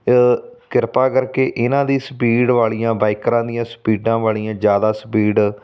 ਕਿਰਪਾ ਕਰਕੇ ਇਹਨਾਂ ਦੀ ਸਪੀਡ ਵਾਲੀਆਂ ਬਾਇਕਰਾਂ ਦੀਆਂ ਸਪੀਡਾਂ ਵਾਲੀਆਂ ਜ਼ਿਆਦਾ ਸਪੀਡ